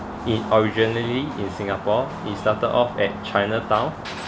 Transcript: in originally in singapore it started off at chinatown